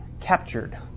captured